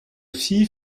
fille